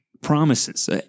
promises